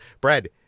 brad